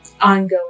ongoing